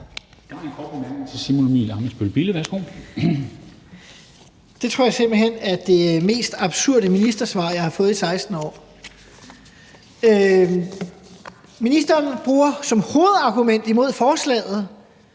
Det tror jeg simpelt hen er det mest absurde ministersvar, jeg har fået i 16 år. Ministeren bruger som hovedargument imod forslaget